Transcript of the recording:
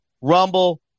Rumble